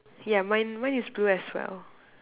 yeah mine mine is blue as well